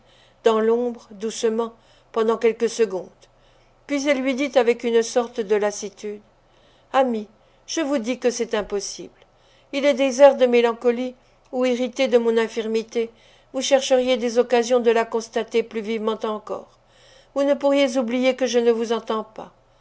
dans l'ombre doucement pendant quelques secondes puis elle lui dit avec une sorte de lassitude ami je vous dis que c'est impossible il est des heures de mélancolie où irrité de mon infirmité vous chercheriez des occasions de la constater plus vivement encore vous ne pourriez oublier que je ne vous entends pas